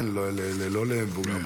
לא למבוגרים,